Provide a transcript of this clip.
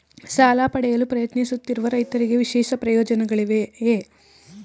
ಸಾಲ ಪಡೆಯಲು ಪ್ರಯತ್ನಿಸುತ್ತಿರುವ ರೈತರಿಗೆ ವಿಶೇಷ ಪ್ರಯೋಜನಗಳಿವೆಯೇ?